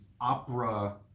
opera